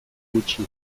gutxi